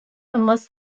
unless